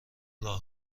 راه